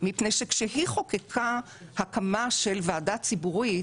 מפני שכאשר היא חוקקה הקמה של ועדה ציבורית,